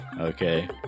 Okay